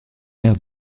aire